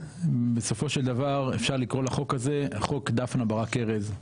בסופו של דבר אפשר לקרוא לחוק הזה חוק דפנה ברק ארז,